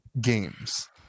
games